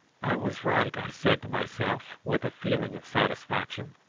i was right, i said to myself with a feeling of satisfaction.